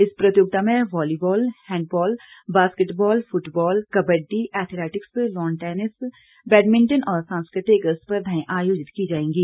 इस प्रतियोगिता में volleyball handball basketball football kabaddi athletics lawn tennis badminton और सांस्कृतिक स्पर्घाएं आयोजित की जाएंगी